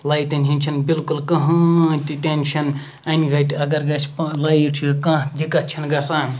lighting ہٕنٛز چھنہٕ بِلکُل کہٕنۍ تہِ ٹینشَن اَنِگَٹہِ اَگَر گَژھِ لایٹ چھِ کانٛہہ دِکَت چھَنہٕ گَژھان